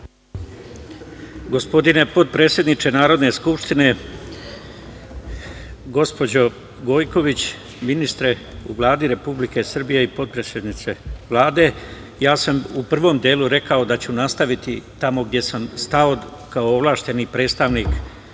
potpredsedniče Narodne skupštine, gospođo Gojković, ministre u Vladi Republike Srbije i potpredsednice Vlade, ja sam u prvom delu rekao da ću nastaviti tamo gde sam stao kao ovlašćeni predstavnik